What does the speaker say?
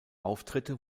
auftritte